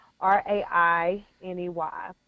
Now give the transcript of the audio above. R-A-I-N-E-Y